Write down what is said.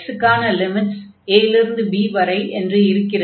x க்கான limits a இலிருந்து b வரை என்று இருக்கிறது